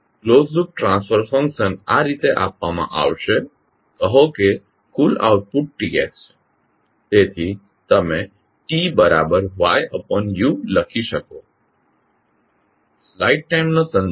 closed loop transfer function આ રીતે આપવામાં આવશે કહો કે કુલ આઉટપુટ T છે જેથી તમે TYU લખી શકો